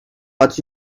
but